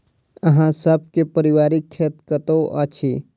अहाँ सब के पारिवारिक खेत कतौ अछि?